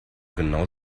genau